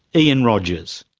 ian rogers